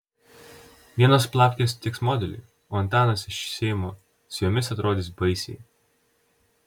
vienos plavkės tiks modeliui o antanas iš seimo su jomis atrodys baisiai